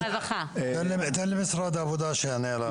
ניתן למשרד העבודה שיענה על השאלה הזאת.